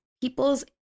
people's